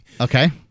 okay